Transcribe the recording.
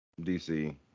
DC